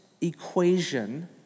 equation